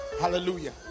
Hallelujah